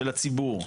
של הציבור.